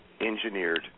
engineered